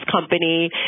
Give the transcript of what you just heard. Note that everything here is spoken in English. company